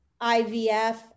ivf